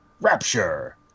Rapture